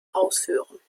ausführen